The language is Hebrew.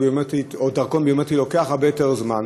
ביומטרית או דרכון ביומטרי לוקחת הרבה יותר זמן,